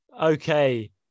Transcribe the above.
Okay